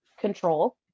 control